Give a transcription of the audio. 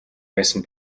байсан